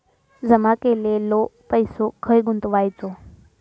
जमा केलेलो पैसो खय गुंतवायचो?